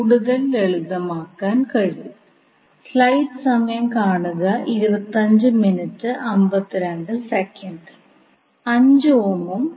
current ഉറവിടം കാരണം 3 ഉം 4 ഉം മെഷുകൾ ഇപ്പോൾ സൂപ്പർ മെഷ് ആയി രൂപപ്പെടും